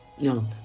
No